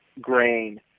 grain